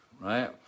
right